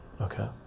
Okay